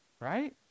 Right